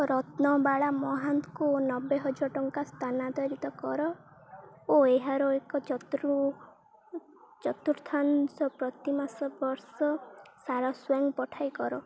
ରତ୍ନବାଳା ମହାତଙ୍କୁ ନବେହଜାର ଟଙ୍କା ସ୍ଥାନାନ୍ତରିତ କର ଓ ଏହାର ଏକ ଚତୃ ଚତୁର୍ଥାଂଶ ପ୍ରତିମାସ ବର୍ଷ ସାରା ସ୍ଵୟଂ ପଇଠ କର